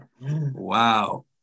Wow